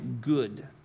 good